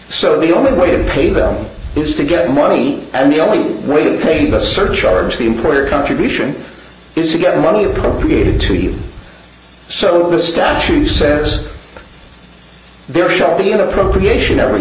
so the only way to pay them is to get money and the only way to pay for a surcharge the employer contribution is to get money appropriated to you so the statue says there should be an appropriation every